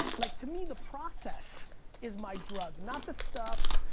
like to me the process is my drug, not the stuff,